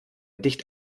dicht